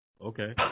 okay